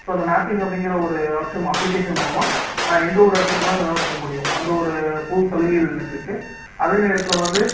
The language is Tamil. ஸோ அந்த மேப்பிங் அப்படிங்கிற ஒரு ஆப்ஷன் அப்ளிகேஷன் மூலமாக நான் எந்த ஒரு இடத்துக்கு வேணாலும் என்னால் போக முடியும் அந்த ஒரு புது சலுகைகள் எனக்கு இருக்குது அதே நேரத்தில் வந்து